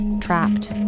trapped